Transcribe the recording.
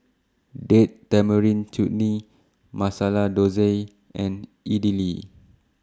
Date Tamarind Chutney Masala Dosa and Idili